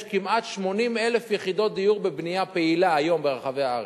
יש כמעט 80,000 יחידות דיור בבנייה פעילה היום ברחבי הארץ.